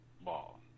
ball